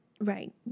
Right